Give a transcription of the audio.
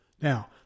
Now